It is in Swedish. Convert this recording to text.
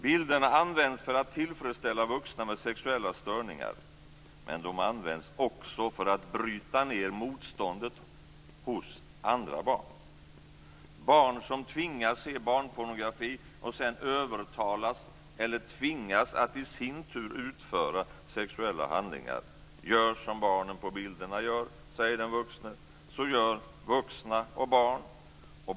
Bilderna används för att tillfredsställa vuxna med sexuella störningar, men de används också för att bryta ned motståndet hos andra barn. Barn tvingas se barnpornografi och sedan övertalas eller tvingas att i sin tur utföra sexuella handlingar: Gör som barnen på bilderna gör, säger den vuxne, för så gör vuxna och barn.